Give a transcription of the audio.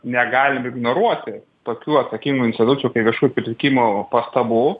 negalim ignoruoti tokių atsakingų institucijų viešųjų pirkimų pastabų